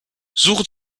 suche